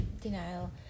denial